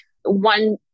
One